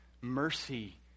mercy